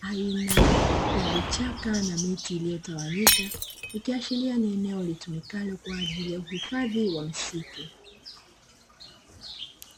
aina ya vichaka na miti iliyotawanyika, ikiashiria ni eneo litumikalo kwaajili ya uhifadhi wa misitu.